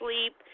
sleep